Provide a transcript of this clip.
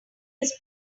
his